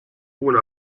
una